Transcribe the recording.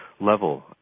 level